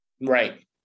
Right